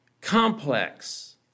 complex